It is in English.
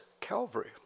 Calvary